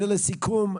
לסיכום,